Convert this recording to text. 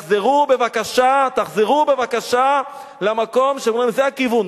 תחזרו בבקשה למקום שאומרים: זה הכיוון.